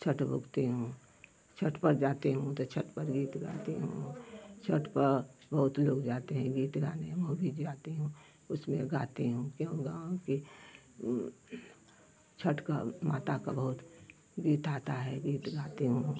छठ भुखती हूँ छठ पर जाती हूँ तो छठ पर गीत गाती हूँ छठ पा बहुत लोग जाते हैं गीत गाने हमहू भी जाती हूँ उसमें गाती हूँ क्यों गाऊँगी छठ का माता का बहुत गीत आता है गीत गाती हूँ